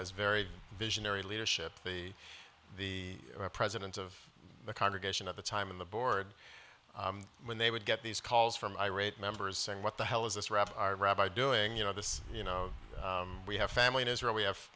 is very visionary leadership the the president of the congregation at the time in the board when they would get these calls from irate members saying what the hell is this rap rabbi doing you know this you know we have family in israel we have